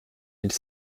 mille